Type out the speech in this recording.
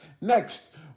next